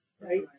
right